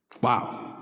Wow